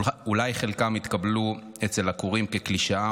אולי חלקם יתקבלו אצל הקוראים כקלישאה.